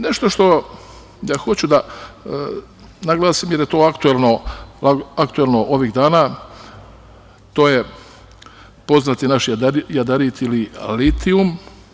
Nešto što ja hoću da naglasim je da je to aktuelno ovih dana, to je poznati naš jadarit ili litijum.